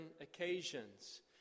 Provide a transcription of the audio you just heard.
occasions